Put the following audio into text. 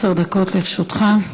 בבקשה, עשר דקות לרשותך.